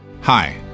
Hi